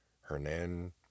Hernan